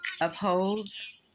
Upholds